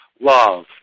love